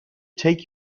take